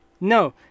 No